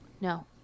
No